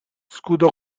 scudo